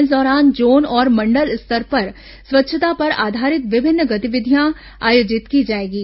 इस दौरान जोन और मंडल स्तर पर स्वच्छता पर आधारित विभिन्न गतिविधियां आयोजित की जाएंगी